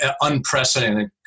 unprecedented